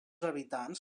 habitants